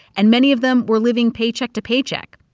and many of them were living paycheck to paycheck.